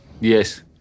Yes